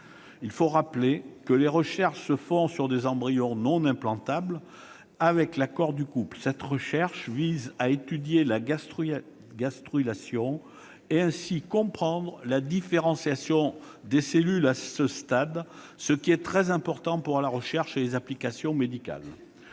Il faut rappeler que les recherches se font sur des embryons non implantables, avec l'accord du couple. Cette recherche vise à étudier la gastrulation et, ainsi, à comprendre la différenciation des cellules à ce stade, ce qui est très important pour la recherche et les applications médicales.